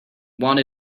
want